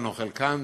או חלקן,